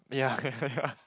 ya